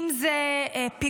אם זה פיגועים,